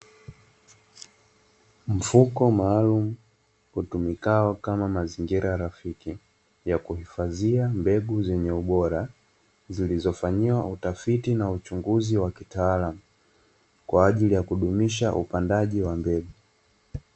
Mfuko maalumu utumikao kama mazingira rafiki ya kuhifadhia mbegu zenye ubora, zilizofanyiwa utafiti na uchunguzi wa kitaalamu, kwa ajili ya kudumisha upandaji wa mbegu.